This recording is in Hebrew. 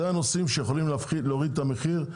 אלה הנושאים שיכולים להוריד את המחיר.